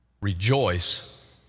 Rejoice